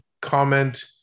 comment